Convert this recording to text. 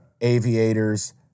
aviators